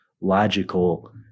logical